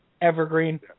Evergreen